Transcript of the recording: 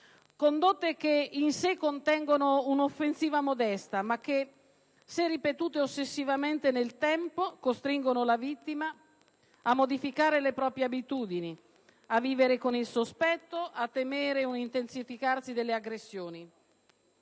Condotte che in sè contengono un'offensività modesta ma che, se ripetute ossessivamente nel tempo, costringono la vittima a modificare le proprie abitudini, a vivere con il sospetto e a temere un intensificarsi delle aggressioni.